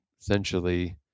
essentially